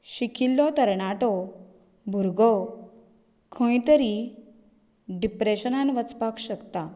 शिकिल्लो तरणाटो भुरगो खंय तरी डिप्रेशनान वचपाक शकता